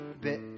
bit